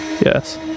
yes